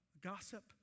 Gossip